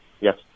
Yes